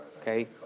Okay